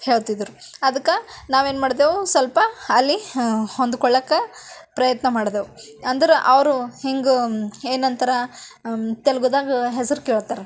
ಹೇಳ್ತಿದ್ದರು ಅದಕ್ಕೆ ನಾವೇನು ಮಾಡಿದೆವು ಸ್ವಲ್ಪ ಅಲ್ಲಿ ಹೊಂದುಕೊಳ್ಳೋಕ್ಕೆ ಪ್ರಯತ್ನ ಮಾಡಿದೆವು ಅಂದ್ರೆ ಅವರು ಹಿಂಗೆ ಏನಂತ ತೆಲ್ಗುದಾಗ ಹೆಸರು ಕೇಳ್ತಾರೆ